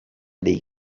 dei